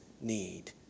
need